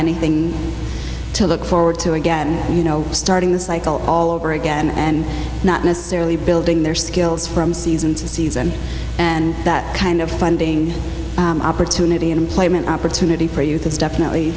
anything to look forward to again you know starting the cycle all over again and not necessarily building their skills from season to season and that kind of finding opportunity employment opportunity for youth is definitely